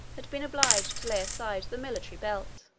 had been obliged to lay aside the military belt